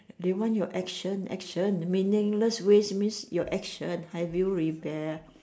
they want your action action meaningless ways mean your actions have you rebel